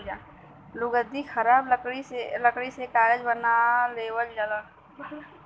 लुगदी खराब लकड़ी से कागज बना लेवल जाला